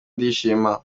ndishima